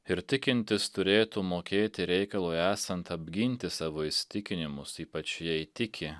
ir tikintis turėtų mokėti reikalui esant apginti savo įsitikinimus ypač jei tiki